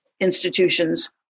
institutions